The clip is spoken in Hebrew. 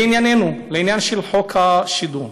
לענייננו, לעניין חוק השידור,